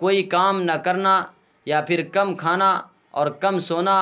کوئی کام نہ کرنا یا پھر کم کھانا اور کم سونا